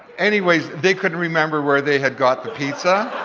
anyways, they couldn't remember where they had got the pizza.